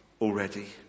already